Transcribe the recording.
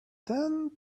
then